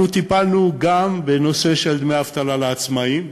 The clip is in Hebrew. אנחנו טיפלנו גם בנושא של דמי אבטלה לעצמאים,